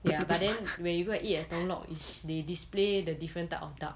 ya but then when you go and eat at tung lok it's they display the different type of duck